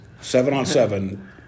Seven-on-seven